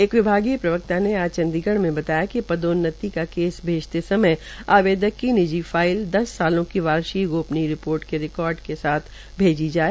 एक विभागीय प्रवकता ने आज चंडीगढ़ में बतायाकि पदोन्नति का केस भेजते समय आवेदक की निजी फाइल दस सालों की वार्षिक गोपनीय रिपोर्ट के रिकार्ड के साथ भेजी जाये